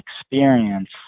experience